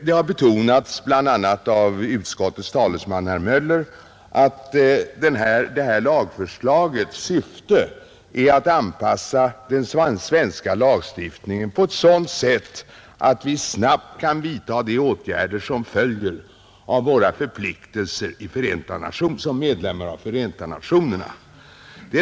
Det har betonats, bl.a. av utskottets talesman, herr Möller i Gävle, att det här lagförslagets syfte är att anpassa den svenska lagstiftningen på ett sådant sätt att vi snabbt kan vidta de åtgärder som följer av våra förpliktelser som medlemmar i Förenta Nationerna.